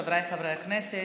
חבריי חברי הכנסת,